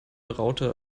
raute